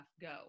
go